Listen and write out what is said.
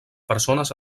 persones